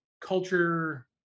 culture